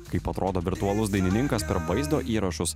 kaip atrodo virtualus dainininkas per vaizdo įrašus